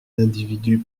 d’individus